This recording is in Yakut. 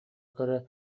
көрө